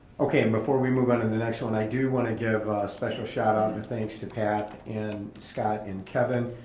okay, before we move onto the next one, i do want to give a special shout out and a thanks to pat and scott and kevin,